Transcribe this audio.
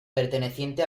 perteneciente